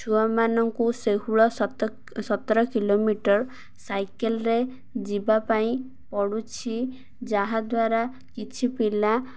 ଛୁଆମାନଙ୍କୁ ସେହୁଳ ସତର କିଲୋମିଟର ସାଇକେଲ୍ରେ ଯିବାପାଇଁ ପଡ଼ୁଛି ଯାହାଦ୍ୱାରା କିଛି ପିଲା